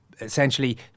essentially